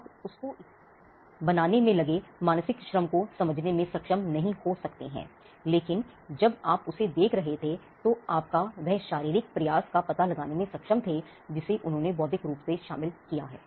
आप इसे बनाने में लगे मानसिक श्रम को समझने में सक्षम नहीं हो सकते हैं लेकिन जब आप उसे देख रहे थे तो आप वह शारीरिक प्रयास का पता लगाने में सक्षम थे जिसे उन्होंने बौद्धिक रूप से शामिल किया है